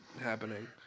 happening